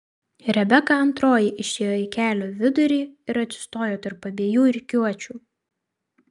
rebeka antroji išėjo į kelio vidurį ir atsistojo tarp abiejų rikiuočių